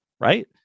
right